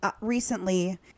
recently